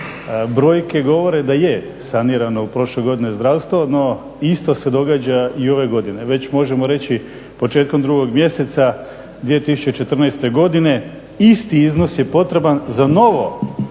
Brojke govore da je sanirano u prošloj godini zdravstvo, no isto se događa i ove godine. Već možemo reći početkom drugog mjeseca 2014. godine isti iznos je potreban za novo